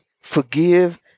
forgive